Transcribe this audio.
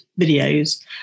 videos